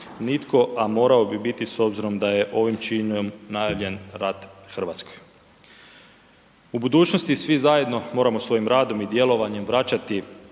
nitko a morao bi biti s obzirom da je ovim činom najavljen rat Hrvatskoj. U budućnosti svi zajedno moramo svojim radom i djelovanjem vraćati